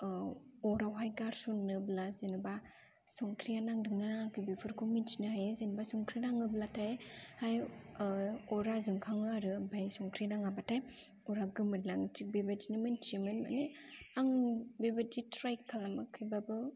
अरावहाय गारसनोब्ला जेनेबा संख्रिया नांदोंना नाङाखै बेफोरखौ मिन्थिनो हायो जेनेबा संख्रिया नाङोब्लाथाय हाय अरा जोंखाङो आरो ओमफ्राय संख्रि नाङाब्लाथाय अरा गोमोरलाङो थिग बेबायदिनो मिन्थियोमोन माने आं बेबादि ट्राय खालामाखैब्लाबो